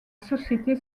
société